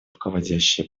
руководящие